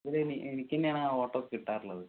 ഇവിടെയിനി എനിക്ക് തന്നെയാണ് ആ ഓട്ടം ഒക്കെ കിട്ടാറുള്ളത്